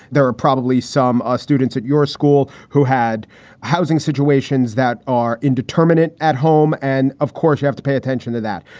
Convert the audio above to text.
there are probably some ah students at your school who had housing situations that are indeterminate at home. and of course, you have to pay attention to that.